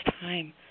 time